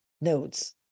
nodes